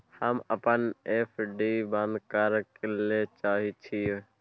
हम अपन एफ.डी बंद करय ले चाहय छियै